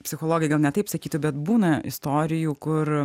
psichologai gal ne taip sakytų bet būna istorijų kur